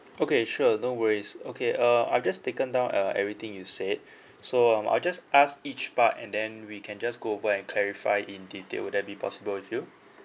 okay sure no worries okay uh I'll just taken down uh everything you said so um I'll just ask each part and then we can just go over and clarify in detail would that be possible with you